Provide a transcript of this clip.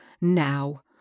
now